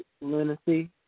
Lunacy